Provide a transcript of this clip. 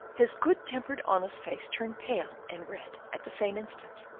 his good-tempered honest face turned pale and red at the same instant.